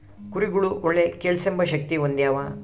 ಕುರಿಗುಳು ಒಳ್ಳೆ ಕೇಳ್ಸೆಂಬ ಶಕ್ತಿ ಹೊಂದ್ಯಾವ